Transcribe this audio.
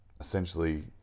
essentially